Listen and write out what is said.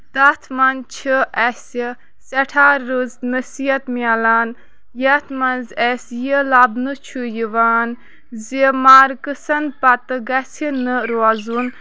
تَتھ منٛز چھِ اسہِ سٮ۪ٹھاہ رٕژ نصحیت مِلان یَتھ منٛز اَسہِ یہِ لَبنہٕ چھُ یِوان زِ مارکٕسن پَتہٕ گژھِ نہٕ روزُن